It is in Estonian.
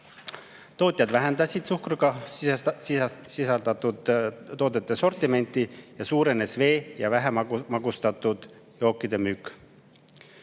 Tootjad vähendasid suhkrut sisaldanud toodete sortimenti ning suurenes vee ja vähe magustatud jookide müük.